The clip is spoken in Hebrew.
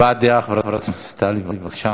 הבעת דעה, חברת הכנסת טלי פלוסקוב, בבקשה.